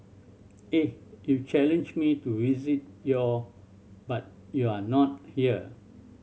eh you challenged me to visit your but you are not here